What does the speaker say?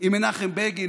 עם מנחם בגין,